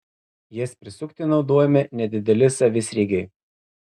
jas prisukti naudojami nedideli savisriegiai